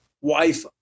wife